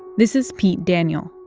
this is pete daniel,